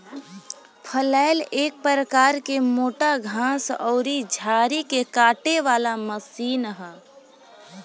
फलैल एक प्रकार के मोटा घास अउरी झाड़ी के काटे वाला मशीन ह